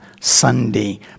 Sunday